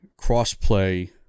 crossplay